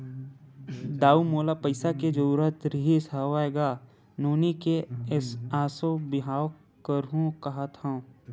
दाऊ मोला पइसा के जरुरत रिहिस हवय गा, नोनी के एसो बिहाव करहूँ काँहत हँव